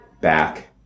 back